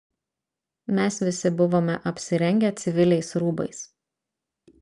mes visi buvome apsirengę civiliais rūbais